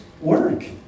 work